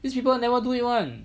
these people never do it [one]